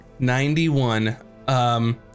91